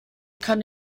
kann